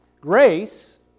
Grace